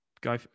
go